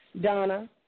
Donna